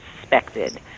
suspected